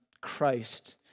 Christ